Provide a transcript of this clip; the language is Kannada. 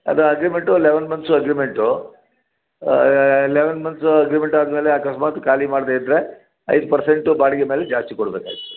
ಅದು agreement eleven months agreement eleven months agreement ಆದ ಮೇಲೆ ಅಕಸ್ಮಾತ್ ಖಾಲಿ ಮಾಡದೇ ಇದ್ದರೆ ಐದು ಪರ್ಸೆಂಟು ಬಾಡಿಗೆ ಮೇಲೆ ಜಾಸ್ತಿ ಕೊಡ್ಬೇಕಾಗ್ತದ್